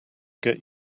get